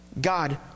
God